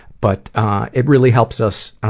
but it really helps us